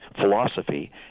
philosophy